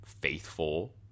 faithful